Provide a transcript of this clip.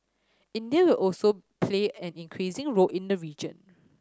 India will also play an increasing role in the region